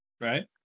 Right